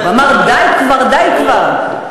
הוא אמר: די כבר, די כבר.